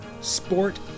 sport